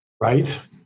Right